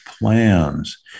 plans